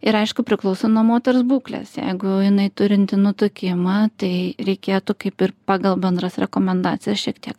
ir aišku priklauso nuo moters būklės jeigu jinai turinti nutukimą tai reikėtų kaip ir pagal bendras rekomendacijas šiek tiek